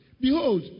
Behold